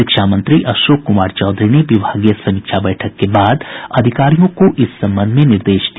शिक्षा मंत्री अशोक कुमार चौधरी ने विभागीय समीक्षा बैठक के बाद अधिकारियों को इस संबंध में निर्देश दिया